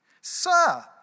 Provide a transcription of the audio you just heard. Sir